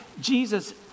Jesus